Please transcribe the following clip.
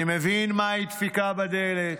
אני מבין מה היא דפיקה בדלת.